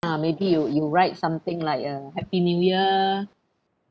ah maybe you you write something like uh happy new year